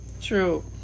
true